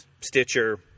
Stitcher